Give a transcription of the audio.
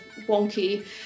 wonky